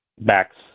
backs